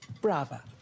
Brava